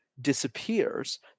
disappears